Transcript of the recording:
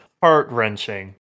heart-wrenching